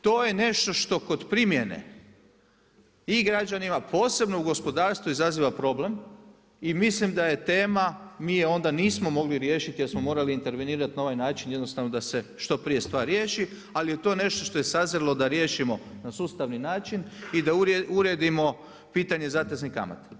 To je nešto što kod primjene i građanima, a posebno u gospodarstvu izaziva problem i mislim da je tema, mi je onda nismo mogli riješiti, jer smo morali intervenirati na ovaj način jednostavno da se što prije stvar riješi, ali je to nešto što je sazrjelo da riješimo na sustavni način i da uredimo pitanje zateznih kamata.